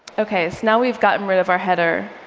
ok, so now we've gotten rid of our header,